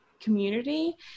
community